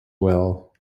well